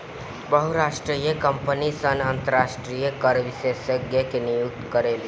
बहुराष्ट्रीय कंपनी सन अंतरराष्ट्रीय कर विशेषज्ञ के नियुक्त करेली